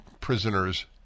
prisoners